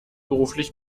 beruflich